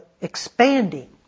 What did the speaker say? expanding